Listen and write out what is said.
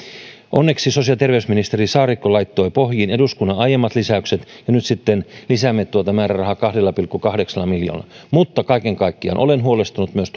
onneksi sosiaali ja terveysministeri saarikko laittoi pohjiin eduskunnan aiemmat lisäykset ja nyt sitten lisäämme tuota määrärahaa kahdella pilkku kahdeksalla miljoonalla mutta kaiken kaikkiaan olen myös